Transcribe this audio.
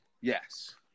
Yes